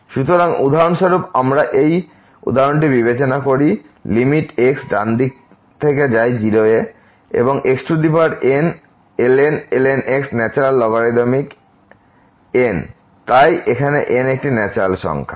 সুতরাং উদাহরণস্বরূপ আমরা এই উদাহরণটি বিবেচনা করি লিমিট x ডান দিক থেকে 0 এ যায় xnln x natural logarithmic n তাই এখানে n একটি ন্যাচারাল সংখ্যা